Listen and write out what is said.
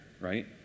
right